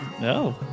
No